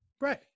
Right